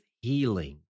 healing